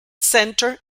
centre